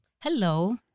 Hello